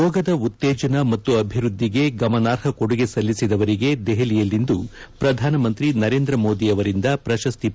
ಯೋಗದ ಉತ್ತೇಜನ ಮತ್ತು ಅಭಿವೃದ್ದಿಗೆ ಗಮನಾರ್ಹ ಕೊಡುಗೆ ಸಲ್ಲಿಸಿದವರಿಗೆ ದೆಹಲಿಯಲ್ಲಿಂದು ಪ್ರಧಾನಮಂತ್ರಿ ನರೇಂದ್ರ ಮೋದಿ ಅವರಿಂದ ಪ್ರಶಸ್ತಿ ಪ್ರಧಾನ